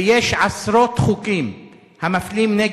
ויש עשרות חוקים מפלים,